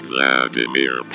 Vladimir